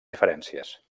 diferències